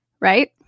Right